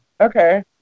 Okay